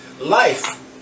Life